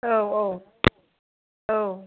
औ औ औ